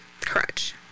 crutch